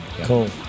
Cool